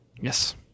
yes